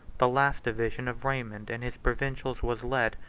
the last division of raymond and his provincials was led,